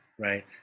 right